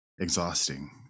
exhausting